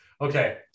okay